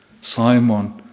Simon